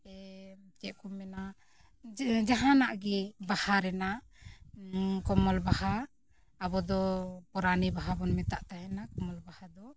ᱥᱮ ᱪᱮᱫ ᱠᱚ ᱢᱮᱱᱟ ᱡᱟᱦᱟᱱᱟᱜ ᱜᱮ ᱵᱟᱦᱟ ᱨᱮᱱᱟᱜ ᱠᱚᱢᱚᱞ ᱵᱟᱦᱟ ᱟᱵᱚ ᱫᱚ ᱯᱚᱨᱟᱭᱱᱤ ᱵᱟᱦᱟ ᱵᱚᱱ ᱢᱮᱛᱟᱜ ᱛᱟᱦᱮᱱᱟ ᱠᱚᱢᱚᱞ ᱵᱟᱦᱟ ᱫᱚ